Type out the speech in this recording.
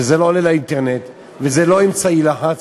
זה לא עולה לאינטרנט וזה לא אמצעי לחץ,